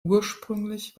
ursprünglich